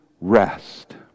rest